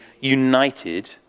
united